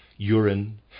Urine